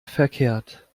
verkehrt